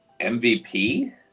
MVP